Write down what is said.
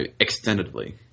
extendedly